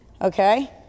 Okay